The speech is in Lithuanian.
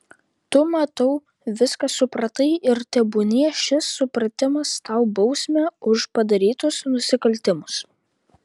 tu matau viską supratai ir tebūnie šis supratimas tau bausmė už padarytus nusikaltimus